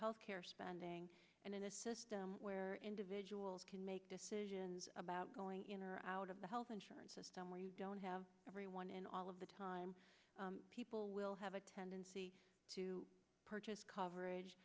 health care spending and where individuals can make decisions about going in or out of the health insurance system where you don't have everyone in all of the time people will have a tendency to purchase coverage